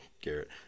Garrett